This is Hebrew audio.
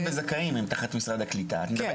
קיבלתי הרבה תשובות לשאלות שהיו לי,